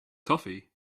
toffee